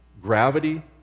gravity